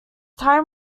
time